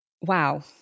Wow